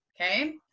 Okay